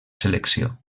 selecció